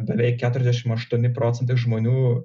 beveik keturiasdešimt aštuoni procentai žmonių